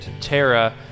Tara